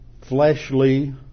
fleshly